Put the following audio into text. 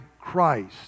Christ